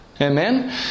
Amen